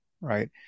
right